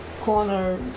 corner